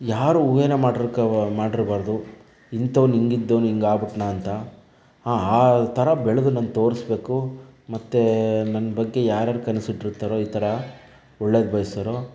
ಯಾರು ಊಹೆನ ಮಾಡಿರ್ಕಾಗ ಮಾಡಿರಬಾರದು ಇಂಥವ್ನು ಹೀಗಿದ್ದವ್ನು ಹೀಗಾಗಿಬಿಟ್ನ ಅಂತ ಆ ಥರ ಬೆಳೆದು ನಾನು ತೋರಿಸಬೇಕು ಮತ್ತು ನನ್ನ ಬಗ್ಗೆ ಯಾರ್ಯಾರು ಕನಸಿಟ್ಟಿರ್ತಾರೋ ಈ ಥರ ಒಳ್ಳೇದು ಬಯಸೋವ್ರು